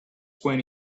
when